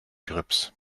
grips